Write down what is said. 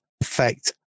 effect